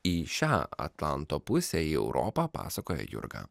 į šią atlanto pusę į europą pasakoja jurga